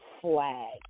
flag